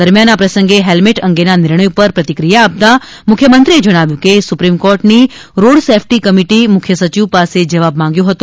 દરમ્યાન આ પ્રસંગે હેલ્મેટ અંગેના નિર્ણય પર પ્રતિક્રિયા આપતામુખ્યમંત્રીએ જણાવ્યું હતું કે સુપ્રિમ કોર્ટની રોડ સેફ્ટી કમિટી મુખ્યસચિવ પાસે જવાબ માંગ્યો હતો